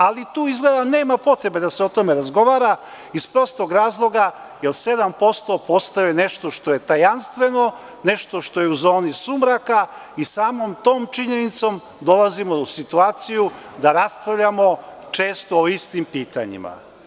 Ali, tu izgleda nema potrebe da se o tome razgovara iz prostog razloga jer 7% postaje nešto što je tajanstveno, nešto što je u zoni sumraka i samom tom činjenicom dolazimo u situaciju da raspravljamo često o istim pitanjima.